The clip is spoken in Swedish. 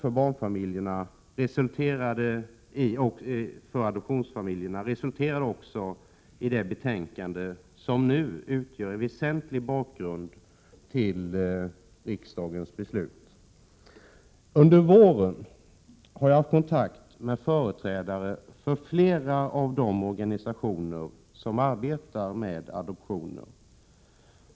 Vår begäran om en utredning om ekonomiskt stöd till adoptionsfamiljerna resulterade också i det betänkande som nu utgör en väsentlig del av bakgrunden till riksdagens beslut. Under våren har jag haft kontakt med företrädare för flera av de organisationer som arbetar med adoptioner.